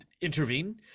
intervene